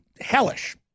hellish